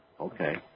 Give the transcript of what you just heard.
Okay